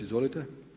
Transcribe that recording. Izvolite.